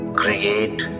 create